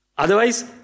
Otherwise